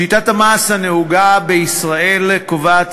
שיטת המס הנהוגה בישראל קובעת,